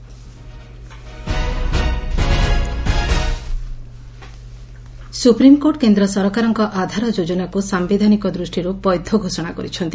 SC Aadhaar supreme court କେନ୍ଦ୍ର ସରକାରଙ୍କ ଆଧାର ଯୋଜନାକୁ ସାୟିଧାନିକ ଦୃଷ୍ଟିରୁ ବୈଧ ଘୋଷଣା କରିଛନ୍ତି